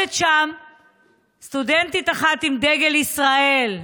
עומדת שם סטודנטית אחת עם דגל ישראל,